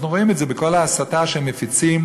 אנחנו רואים את זה בכל ההסתה שהם מפיצים,